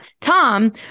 Tom